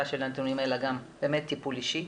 של הנתונים אלא גם באמת טפול אישי,